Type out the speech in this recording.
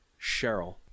Cheryl